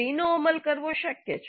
તેનો અમલ કરવો શક્ય છે